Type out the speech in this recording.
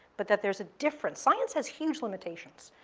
but that there's a difference. science has huge limitations.